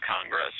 Congress